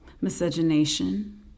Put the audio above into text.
miscegenation